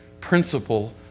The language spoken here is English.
principle